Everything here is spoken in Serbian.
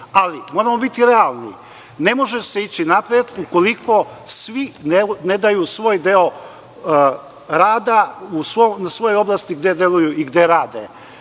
Ali, moramo biti realni, ne može se ići napred ukoliko svi ne daju svoj deo rada u svojoj oblasti gde deluju i gde rade. Dali